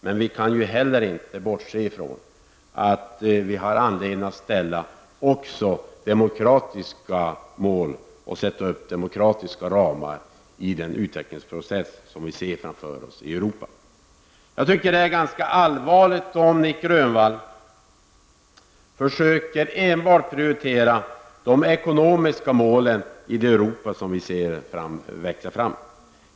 Men vi kan inte heller bortse från att vi har anledning att ställa demokratiska mål och sätta upp demokratiska ramar för den utvecklingsprocess som vi ser framför oss i Europa. Jag tycker att det är ganska allvarligt om Nic Grönvall enbart försöker prioritera de ekonomiska målen i det Europa som växer fram.